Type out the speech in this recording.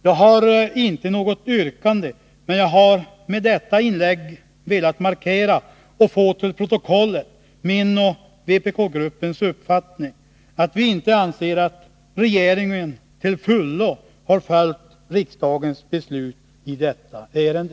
Jag har inte något yrkande, men jag har med detta inlägg velat markera och få till protokollet min och vpk-gruppens uppfattning, att vi inte anser att regeringen till fullo har följt riksdagens beslut i detta ärende.